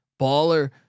baller